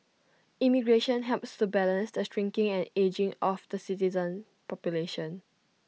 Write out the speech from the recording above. immigration helps to balance the shrinking and ageing of the citizen population